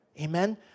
Amen